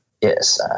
Yes